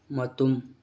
ꯃꯇꯨꯝ